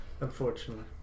Unfortunately